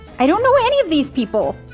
i don't know any of these people!